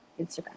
Instagram